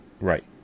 Right